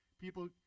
people